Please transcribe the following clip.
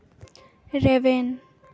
ᱨᱮᱵᱮᱱ